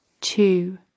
Two